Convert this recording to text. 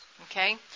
Okay